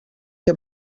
que